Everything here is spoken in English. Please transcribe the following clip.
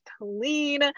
clean